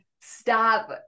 stop